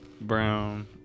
Brown